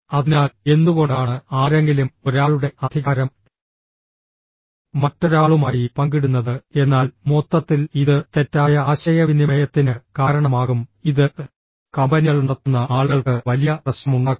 അതിനാൽ എന്തുകൊണ്ടാണ് ആരെങ്കിലും ഒരാളുടെ അധികാരം മറ്റൊരാളുമായി പങ്കിടുന്നത് എന്നാൽ മൊത്തത്തിൽ ഇത് തെറ്റായ ആശയവിനിമയത്തിന് കാരണമാകും ഇത് കമ്പനികൾ നടത്തുന്ന ആളുകൾക്ക് വലിയ പ്രശ്നമുണ്ടാക്കും